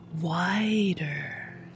wider